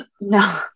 No